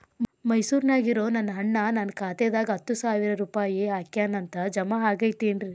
ಮೈಸೂರ್ ನ್ಯಾಗ್ ಇರೋ ನನ್ನ ಅಣ್ಣ ನನ್ನ ಖಾತೆದಾಗ್ ಹತ್ತು ಸಾವಿರ ರೂಪಾಯಿ ಹಾಕ್ಯಾನ್ ಅಂತ, ಜಮಾ ಆಗೈತೇನ್ರೇ?